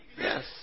Yes